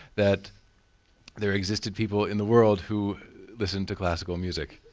that there existed people in the world who listen to classical music.